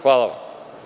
Hvala vam.